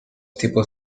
tipos